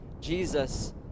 Jesus